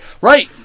Right